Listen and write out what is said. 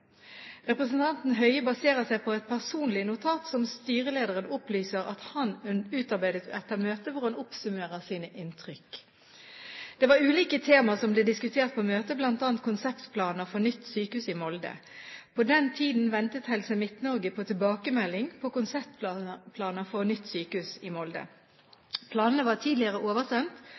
Representanten Høie baserer seg på et personlig notat som styrelederen opplyser at han utarbeidet etter møtet, hvor han oppsummerer sine inntrykk. Det var ulike temaer som ble diskutert på møtet, bl.a. konseptplaner for nytt sykehus i Molde. På den tiden ventet Helse Midt-Norge på tilbakemelding på konseptplaner for nytt sykehus i Molde. Planene var tidligere oversendt